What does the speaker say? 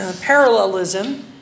parallelism